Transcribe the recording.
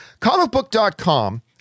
comicbook.com